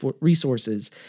resources